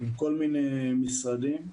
עם כל מיני משרדים בממשלה.